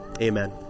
amen